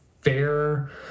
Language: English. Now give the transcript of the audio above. fair